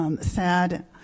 sad